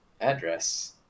address